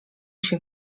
się